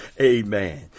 Amen